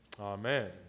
Amen